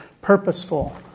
purposeful